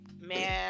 man